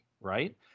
right